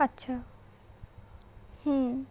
আচ্ছা হুম